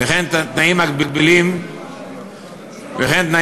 וכן תנאים מגבילים נוספים.